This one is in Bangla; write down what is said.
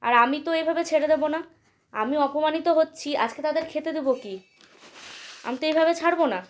আর আমি তো এভাবে ছেড়ে দেব না আমি অপমানিত হচ্ছি আজকে তাদের খেতে দেব কি আমি তো এভাবে ছাড়ব না